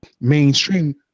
mainstream